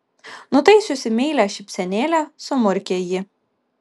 nutaisiusi meilią šypsenėlę sumurkė ji